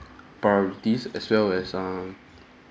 priorities as well as err